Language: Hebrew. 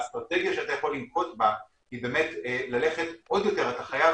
האסטרטגיה שאתה יכול לנקוט בה היא שאתה חייב